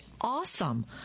awesome